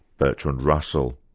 bertrand russell.